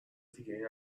دیگه